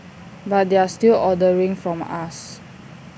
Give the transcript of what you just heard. but they're still ordering from us